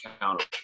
accountable